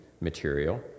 material